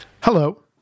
hello